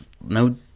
no